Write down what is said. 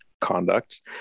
conduct